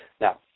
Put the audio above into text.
Now